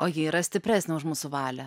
o ji yra stipresnė už mūsų valią